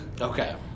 Okay